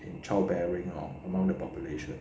in childbearing ah among the population